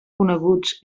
coneguts